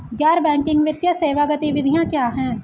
गैर बैंकिंग वित्तीय सेवा गतिविधियाँ क्या हैं?